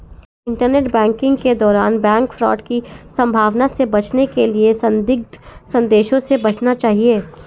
internet banking के दौरान bank fraud की संभावना से बचने के लिए संदिग्ध संदेशों से बचना चाहिए